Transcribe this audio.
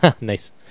Nice